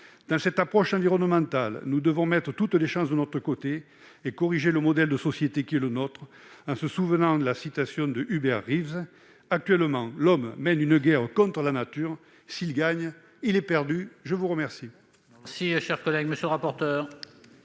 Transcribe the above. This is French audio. Dans cette approche environnementale nous devons mettre toutes les chances de notre côté et corriger le modèle de société qui est le nôtre en nous souvenant de ce que disait Hubert Reeves :« Actuellement, l'homme mène une guerre contre la nature. S'il gagne, il est perdu. » Quel